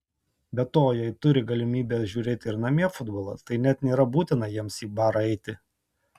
be to jei turi galimybę žiūrėti ir namie futbolą tai net nėra būtina jiems į barą eiti